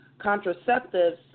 contraceptives